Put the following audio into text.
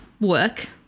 work